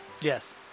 Yes